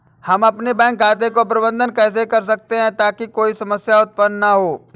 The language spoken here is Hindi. हम अपने बैंक खाते का प्रबंधन कैसे कर सकते हैं ताकि कोई समस्या उत्पन्न न हो?